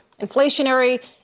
inflationary